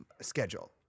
schedule